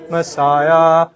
Messiah